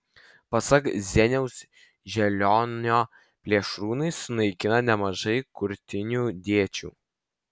pasak zeniaus želionio plėšrūnai sunaikina nemažai kurtinių dėčių